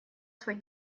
свой